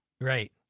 Right